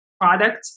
Product